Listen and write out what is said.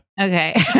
Okay